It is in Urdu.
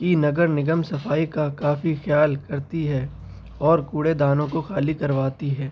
کی نگر نگم صفائی کا کافی خیال کرتی ہے اور کوڑے دانوں کو خالی کرواتی ہے